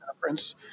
conference